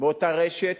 של אותה רשת